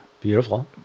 Beautiful